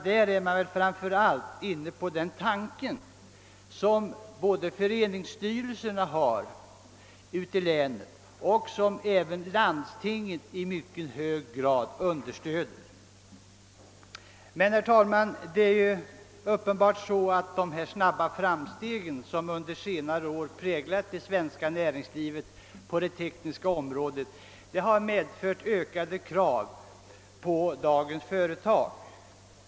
Där är man väl framför allt inne på den tanke som både föreningsstyrelserna har ute i länen och som även landstingen i mycket hög grad understöder. Men, herr talman, det är uppenbart så, att de snabba framsteg på det tekniska området som under senare år präglat det svenska näringslivet har medfört ökade krav på dagens företag.